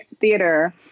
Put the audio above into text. theater